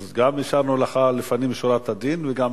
אז, גם אישרנו לך לפנים משורת הדין וגם